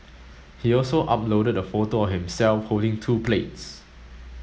he also uploaded a photo himself holding two plates